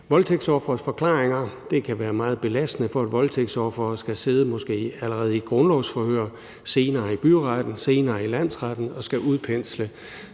voldtægtsofres forklaringer. Det kan være meget belastende for et voldtægtsoffer at sidde måske allerede i et grundlovsforhør, senere i byretten, senere i landsretten og skulle udpensle